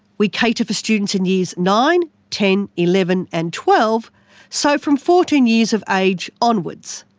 we cater for students in years nine, ten, eleven and twelve so from fourteen years of age onwards.